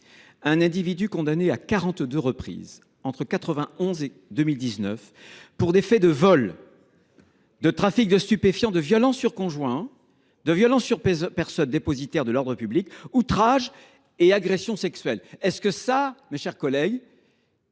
« individu condamné à 42 reprises entre 1991 et 2019 pour des faits de vol, trafic de stupéfiants, violence sur conjoint, violence sur personne dépositaire de l’ordre public, outrage et agression sexuelle ». Est ce faire un amalgame